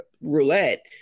roulette